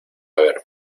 ver